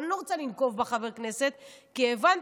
אני לא רוצה לנקוב בשם חבר הכנסת, כי הבנתי